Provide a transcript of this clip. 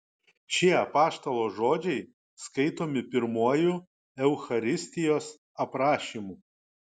šie apaštalo žodžiai skaitomi pirmuoju eucharistijos aprašymu